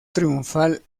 triunfal